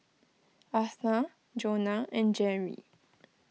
Eartha Jonna and Jerrie